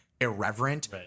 irreverent